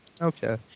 Okay